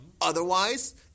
Otherwise